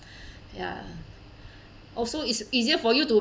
ya also it's easier for you to